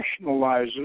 nationalizes